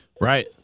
Right